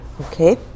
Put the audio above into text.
Okay